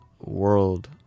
world